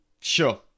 sure